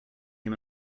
him